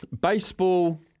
Baseball